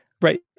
right